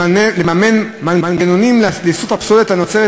לממן מנגנונים לאיסוף הפסולת הנוצרת